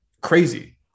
crazy